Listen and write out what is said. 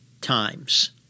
times